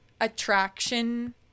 attraction